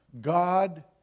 God